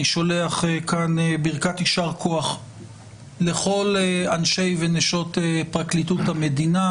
אני שולח כאן ברכת יישר כוח לכול אנשי ונשות פרקליטות המדינה,